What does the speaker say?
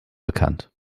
bekannt